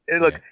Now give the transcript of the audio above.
look